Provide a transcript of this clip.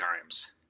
times